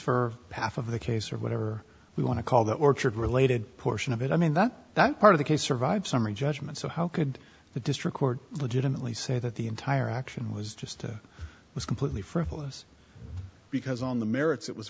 for half of the case or whatever we want to call the orchard related portion of it i mean that that part of the case survives summary judgment so how could the district court legitimately say that the entire action was just it was completely frivolous because on the merits it was